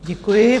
Děkuji.